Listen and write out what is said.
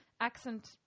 accent